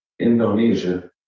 Indonesia